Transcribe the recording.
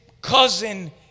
cousin